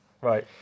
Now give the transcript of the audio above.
Right